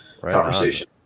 conversation